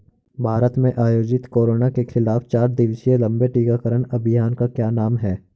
भारत में आयोजित कोरोना के खिलाफ चार दिवसीय लंबे टीकाकरण अभियान का क्या नाम है?